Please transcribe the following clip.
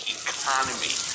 economy